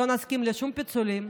לא נסכים לשום פיצולים.